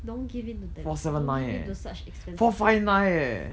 don't give in to temp~ don't give in to such expensive things